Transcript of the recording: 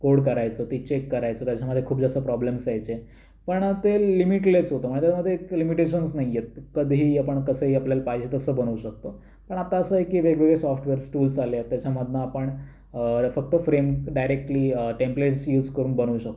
code करायचो ते check करायचो त्याच्यामध्ये खूप जास्त प्रॉब्लेम्स यायचे पण ते लिमीटलेस होतं माझ्या मते इतके लिमिटेशन्स नाही येत कधीही आपण कसंही आपल्याला पाहिजे तसं बनवू शकतो पण आता असं आहे की वेगवेगळे सॉफ्टवेअर्स टूल्स आले आहेत त्याच्यामधून आपण फक्त फ्रेम डायरेक्टली टेम्पलेट्स यूज करून बनवू शकतो